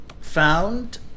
found